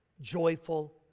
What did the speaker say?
joyful